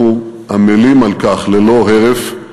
אנחנו עמלים על כך ללא הרף,